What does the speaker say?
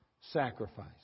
sacrifice